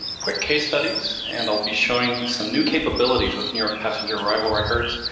quick case studies, and i'll be showing some new capabilities with new york passenger arrival records,